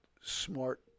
smart